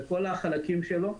בכל החלקים שלו,